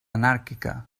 anàrquica